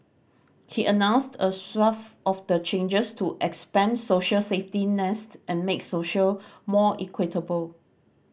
he announced a swathe of the changes to expand social safety nets and make social more equitable